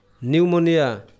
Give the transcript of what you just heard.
Pneumonia